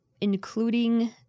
including